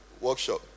workshop